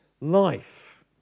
life